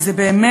כי זה באמת